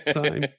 time